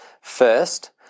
First